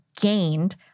gained